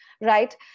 right